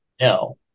No